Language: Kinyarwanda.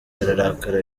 ararakara